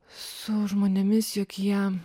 su žmonėmis jog jie